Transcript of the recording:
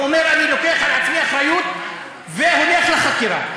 ואומר: אני לוקח על עצמי אחריות והולך לחקירה.